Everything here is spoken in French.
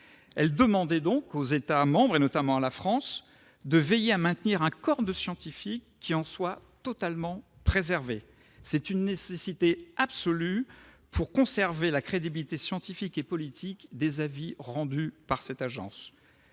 Elle demandait donc aux États membres, dont la France, de veiller à maintenir un corps de scientifiques qui en soit totalement préservé. C'est une nécessité absolue pour conserver la crédibilité scientifique et politique des avis rendus par les agences